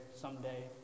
someday